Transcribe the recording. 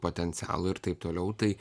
potencialo ir taip toliau tai